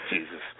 Jesus